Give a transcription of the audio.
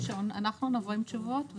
לישיבה הבאה ביום ראשון אנחנו נבוא עם תשובות.